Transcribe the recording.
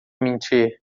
mentir